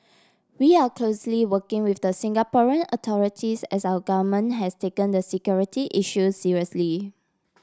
we are closely working with the Singaporean authorities as our government has taken the security issue seriously